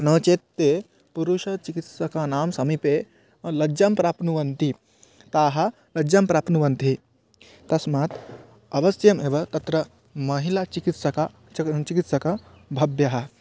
नो चेत् ते पुरुषचिकित्सकानां समीपे लज्जां प्राप्नुवन्ति ताः लज्जां प्राप्नुवन्ति तस्मात् अवश्यम् एव तत्र महिला चिकित्सकः चक् चिकित्सकः भव्यः